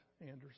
Anderson